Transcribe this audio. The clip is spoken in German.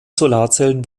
solarzellen